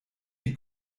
die